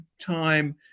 time